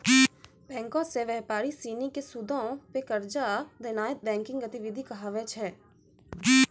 बैंको से व्यापारी सिनी के सूदो पे कर्जा देनाय बैंकिंग गतिविधि कहाबै छै